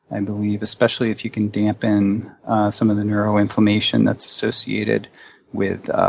i believe, especially if you can dampen some of the neuroinflammation that's associated with